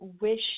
wish